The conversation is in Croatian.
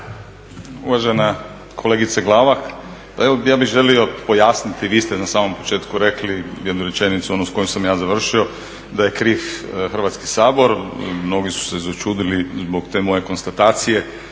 Uvažena kolegice Glavak, pa evo ja bih želio pojasniti. Vi ste na samom početku rekli jednu rečenicu onu s kojom sam ja završio da je kriv Hrvatski sabor. Mnogi su se začudili zbog te moje konstatacije.